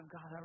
God